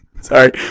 Sorry